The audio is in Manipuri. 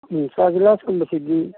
ꯎꯝ ꯆꯥ ꯒꯤꯂꯥꯁꯀꯨꯝꯕꯁꯤꯗꯤ